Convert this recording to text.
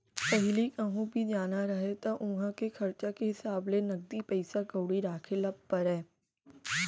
पहिली कहूँ भी जाना रहय त उहॉं के खरचा के हिसाब ले नगदी पइसा कउड़ी राखे ल परय